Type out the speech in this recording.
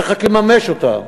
צריך רק לממש אותה.